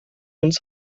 uns